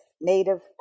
native